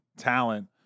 talent